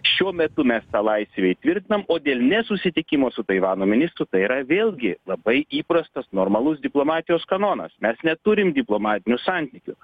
šiuo metu mes tą laisvę įtvirtinam o dėl nesusitikimo su taivano ministru tai yra vėlgi labai įprastas normalus diplomatijos kanonas mes neturim diplomatinių santykių